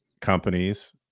companies